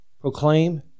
proclaim